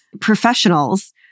professionals